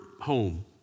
home